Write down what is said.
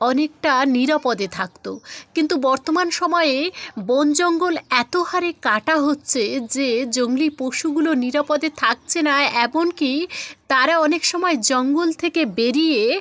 অনেকটা নিরাপদে থাকতো কিন্তু বর্তমান সময়ে বনজঙ্গল এতো হারে কাটা হচ্ছে যে জংলি পশুগুলো নিরাপদে থাকছে না এমন কি তারা অনেক সময় জঙ্গল থেকে বেরিয়ে